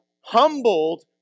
humbled